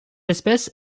espèce